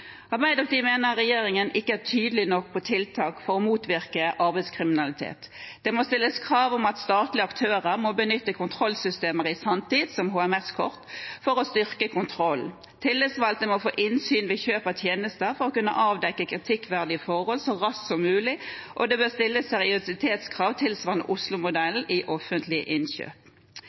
Arbeiderpartiet mener regjeringen ikke er tydelig nok når det gjelder tiltak for å motvirke arbeidslivskriminalitet. Det må stilles krav om at statlige aktører må benytte kontrollsystemer i sanntid, som HMS-kort, for å styrke kontrollen. Tillitsvalgte må få innsyn ved kjøp av tjenester for å kunne avdekke kritikkverdige forhold så raskt som mulig, og det bør stilles seriøsitetskrav tilsvarende Oslomodellen i offentlige innkjøp.